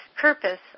purpose